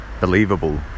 Believable